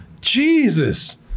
Jesus